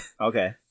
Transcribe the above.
Okay